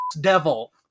devil